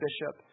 bishop